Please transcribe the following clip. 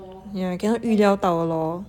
yeah cannot 预料到 lor